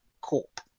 Corp